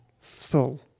full